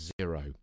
zero